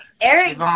Eric